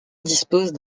dispose